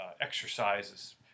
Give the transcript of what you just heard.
exercises